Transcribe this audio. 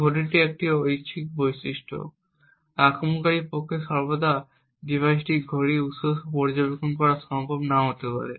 ঘড়িটি একটি ঐচ্ছিক বৈশিষ্ট্য আক্রমণকারীর পক্ষে সর্বদা একটি ডিভাইসের ঘড়ির উত্স পর্যবেক্ষণ করা সম্ভব বা নাও হতে পারে